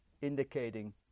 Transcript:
indicating